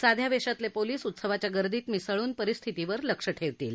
साध्या वेशातले पोलिस उत्सवाच्या गर्दीत मिसळून परिस्थितीवर लक्ष ठेवतील